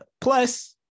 Plus